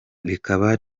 rikaba